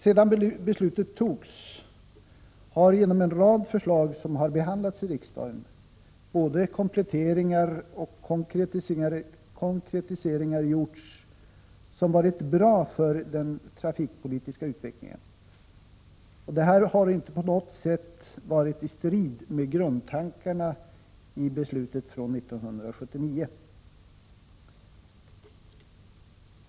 Sedan beslutet fattades har genom en rad förslag, som har behandlats i riksdagen, både kompletteringar och konkretiseringar gjorts som varit bra för den trafikpolitiska utvecklingen, och detta har inte på något sätt varit i strid med grundtankarna i beslutet från 1979.